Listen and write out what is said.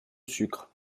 sucre